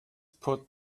put